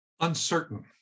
Uncertain